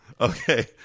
Okay